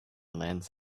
lands